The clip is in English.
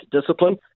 discipline